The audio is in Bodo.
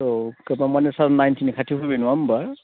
औ गोबां माने सार नाइन्टिनि खाथियाव फैबाय नङा होमब्ला